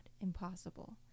impossible